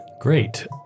Great